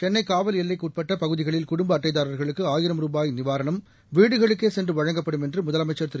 சென்னை காவல் எல்லைக்குட்பட்ட பகுதிகளில் குடும்ப அட்டைதாரர்களுக்கு ஆயிரம் ரூபாய் நிவாரணம் வீடுகளுக்கே சென்று வழங்கப்படும் என்று முதலமைச்சர் திரு